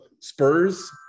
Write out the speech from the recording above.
Spurs